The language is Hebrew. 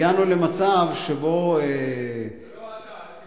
הגענו למצב שבו --- זה לא אתה, אל תדאג.